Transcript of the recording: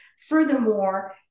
Furthermore